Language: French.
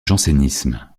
jansénisme